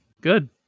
Good